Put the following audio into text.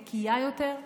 נקייה יותר.